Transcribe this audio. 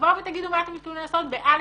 תבואו ותגידו מה אתם מתכוונים לעשות ב-א',